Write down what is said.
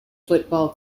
football